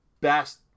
best